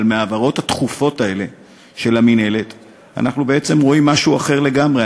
אבל מההעברות התכופות האלה של המינהלת אנחנו בעצם רואים משהו אחר לגמרי,